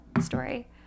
story